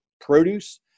produce